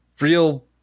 real